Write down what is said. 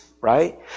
right